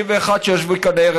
ה-61 שישבו כאן הערב.